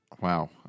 wow